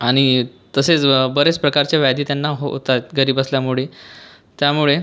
आणि तसेच बरेच प्रकारच्या व्याधी त्यांना होतात घरी बसल्यामुळे त्यामुळे